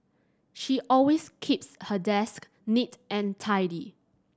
she always keeps her desk neat and tidy